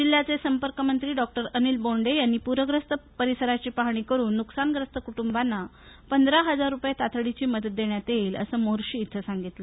जिल्ह्याचे संपर्कमंत्री डॉक उ अनिल बोंडे यांनी पुरग्रस्त परिसराची पाहणी करुन नुकसानग्रस्त कु िर्वांना पंधरा हजार रुपये तातडीची मदत देण्यात येईल असं मोर्शी इथे सांगितलं